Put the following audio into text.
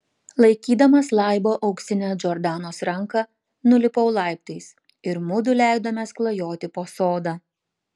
laikydamas laibą auksinę džordanos ranką nulipau laiptais ir mudu leidomės klajoti po sodą